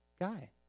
guy